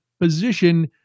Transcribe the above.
position